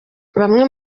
bamwe